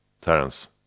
Terence